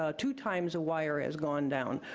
ah two times a wire has gone down.